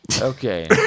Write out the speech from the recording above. Okay